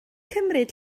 cymryd